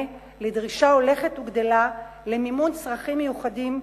לדרישה הולכת וגדלה למימון צרכים מיוחדים,